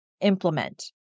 implement